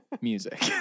music